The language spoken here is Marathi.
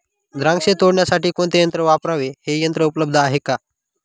द्राक्ष तोडण्यासाठी कोणते यंत्र वापरावे? हे यंत्र उपलब्ध आहे का?